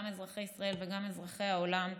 גם לאזרחי ישראל וגם לאזרחי העולם,